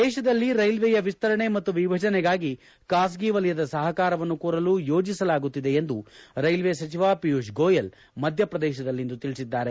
ದೇಶದಲ್ಲಿ ಕೈಲ್ವೆಯ ವಿಸ್ತರಣೆ ಮತ್ತು ವಿಭಜನೆಗಾಗಿ ಖಾಸಗಿ ವಲಯದ ಸಹಕಾರವನ್ನು ಕೋರಲು ಯೋಜಿಸಲಾಗುತ್ತಿದೆ ಎಂದು ರೈಲ್ವೆ ಸಚಿವ ಪೀಯೂಷ್ ಗೋಯೆಲ್ ಮಧ್ಯಪ್ರದೇಶದಲ್ಲಿಂದು ತಿಳಿಸಿದ್ದಾರೆ